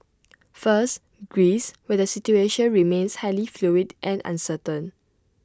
first Greece where the situation remains highly fluid and uncertain